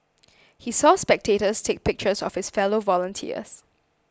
he saw spectators take pictures of his fellow volunteers